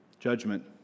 judgment